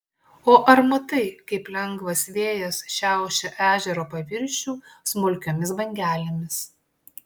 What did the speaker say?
o ar matai kaip lengvas vėjas šiaušia ežero paviršių smulkiomis bangelėmis